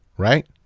right?